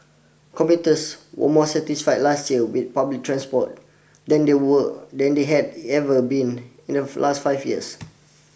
commuters were more satisfied last year with public transport than they were than they had ever been in the last five years